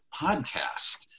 podcast